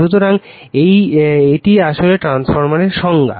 সুতরাং এই আসলে ট্রান্সফরমারের সংজ্ঞা